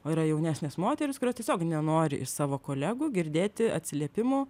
o yra jaunesnės moterys kurios tiesiog nenori iš savo kolegų girdėti atsiliepimų